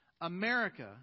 America